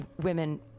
women